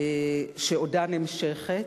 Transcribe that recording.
שעודה נמשכת,